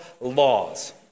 laws